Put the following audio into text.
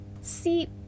See